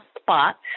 spots